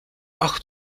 ach